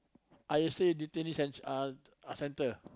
I_S_A detainee censh~ uh center